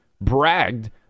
bragged